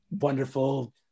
wonderful